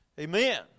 Amen